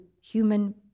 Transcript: human